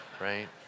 right